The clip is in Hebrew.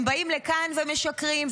הם באים לכאן ומשקרים,